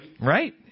Right